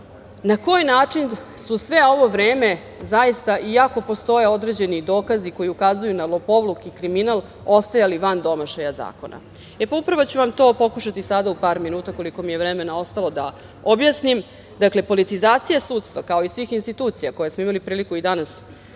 na koji način su sve ovo vreme, iako postoje određeni dokazi koji ukazuju na lopovluk i kriminal, ostajali van domašaja zakona. Upravo ću to pokušati sada u par minuta, koliko mi je vremena ostalo, da objasnim. Dakle, politizacija sudstva, kao i svih institucija koje smo imali priliku i danas